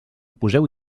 poseu